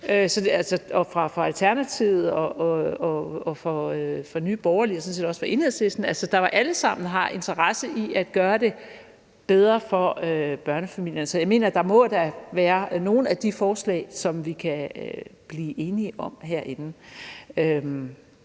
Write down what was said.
SF, fra Alternativet, fra Nye Borgerlige og sådan set også fra Enhedslisten, der jo alle sammen har en interesse i at gøre det bedre for børnefamilierne. Så jeg mener da, der må være nogle af de forslag, som vi kan blive enige om herinde.